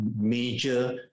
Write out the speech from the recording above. major